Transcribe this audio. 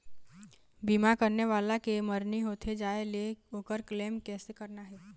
बीमा करने वाला के मरनी होथे जाय ले, ओकर क्लेम कैसे करना हे?